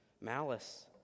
malice